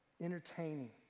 Entertaining